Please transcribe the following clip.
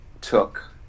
took